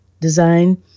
design